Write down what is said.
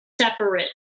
separate